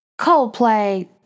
Coldplay